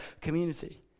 community